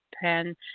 pen